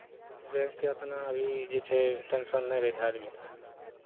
बैंकके ओतना अभी जे छै टेन्शन नहि रहै छै आदमीकेँ